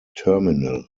terminal